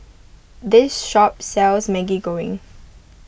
this shop sells Maggi Goreng